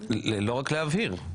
לא רק להבהיר.